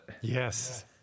Yes